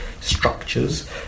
structures